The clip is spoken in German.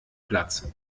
platz